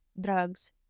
drugs